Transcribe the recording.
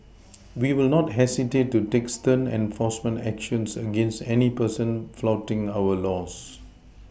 we will not hesitate to take stern enforcement actions against any person flouting our laws